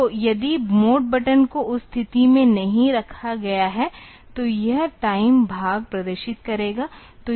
तो यदि mode button को उस स्थिति में नहीं रखा गया है तो यह टाइम भाग प्रदर्शित करेगा